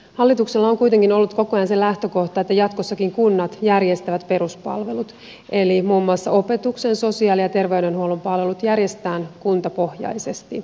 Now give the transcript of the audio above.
hallituksella on kuitenkin ollut koko ajan se lähtökohta että jatkossakin kunnat järjestävät peruspalvelut eli muun muassa opetus sosiaali ja terveydenhuollon palvelut järjestetään kuntapohjaisesti